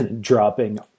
dropping